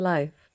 Life